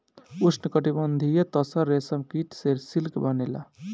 उष्णकटिबंधीय तसर रेशम कीट से सिल्क बनेला